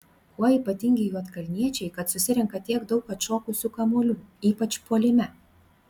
kuo ypatingi juodkalniečiai kad susirenka tiek daug atšokusių kamuolių ypač puolime